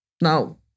Now